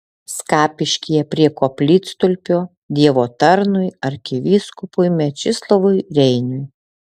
skapiškyje prie koplytstulpio dievo tarnui arkivyskupui mečislovui reiniui